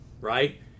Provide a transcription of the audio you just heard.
right